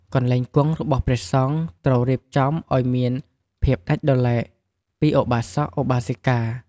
កន្លែងគង់របស់ព្រះសង្ឃ ត្រូវរៀបចំឲ្យមានភាពដាច់ដោយឡែកពីឧបាសក-ឧបាសិកា។